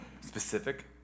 specific